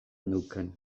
neukan